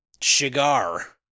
Chigar